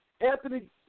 Anthony